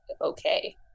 okay